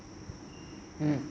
mmhmm